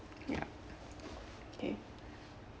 ya okay